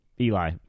Eli